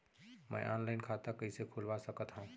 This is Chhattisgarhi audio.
मैं ऑनलाइन खाता कइसे खुलवा सकत हव?